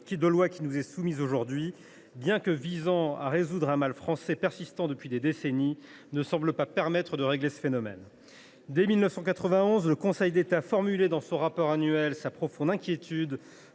qui nous est soumise aujourd’hui, bien qu’elle vise à résoudre un mal français persistant depuis des décennies, ne semble pas être en mesure de régler ce phénomène. Dès 1991, le Conseil d’État formulait dans son rapport annuel sa profonde inquiétude